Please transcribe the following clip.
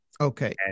okay